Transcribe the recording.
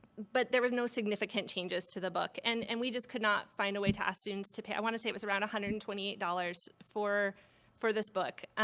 but there was no significant changes to the book. and and we just could not find a way to ask students to pay i want to say it was around one hundred and twenty dollars for for this book.